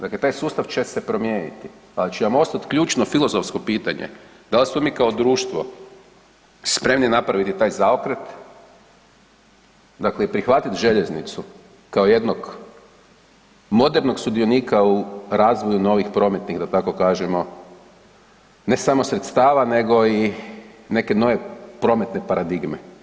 Dakle, taj sustav će se promijeniti al će vam ostati ključno filozofsko pitanje, da li smo mi kao društvo spremni napraviti taj zaokret dakle i prihvatiti željeznicu kao jednog modernog sudionika u razvoju novih prometnih da tako kažemo ne samo sredstava nego i neke nove prometne paradigme.